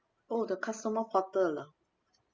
oh the customer portal ah